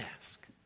ask